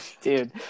dude